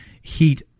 heat